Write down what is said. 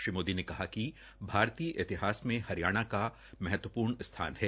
श्री मोदी ने कहा कि भारतीय इतिहास में हरियाणा का महत्वपूर्ण स्थान है